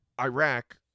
Iraq